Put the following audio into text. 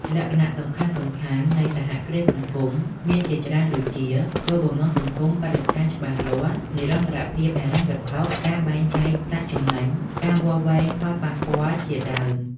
លក្ខណៈសំខាន់ៗនៃសហគ្រាសសង្គមមានជាច្រើនដូចជា គោលបំណងសង្គមបរិស្ថានច្បាស់លាស់ និរន្តរភាពហិរញ្ញវត្ថុ ការបែងចែកប្រាក់ចំណេញ ការវាស់វែងផលប៉ះពាល់ជាដើម ។